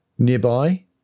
Nearby